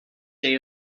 day